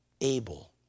Abel